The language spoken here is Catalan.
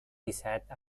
disset